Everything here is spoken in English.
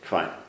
Fine